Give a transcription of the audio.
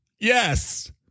Yes